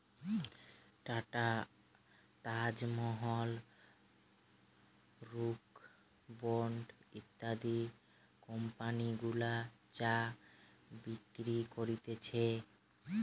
tata, Taj Mahal, Brooke Bond ইত্যাদি company গুলা চা বিক্রি করতিছে